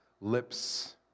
lips